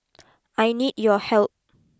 I need your help